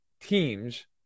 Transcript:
teams